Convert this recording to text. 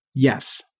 yes